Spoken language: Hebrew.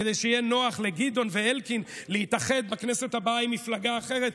כדי שיהיה נוח לגדעון ואלקין להתאחד בכנסת הבאה עם מפלגה אחרת.